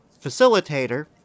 facilitator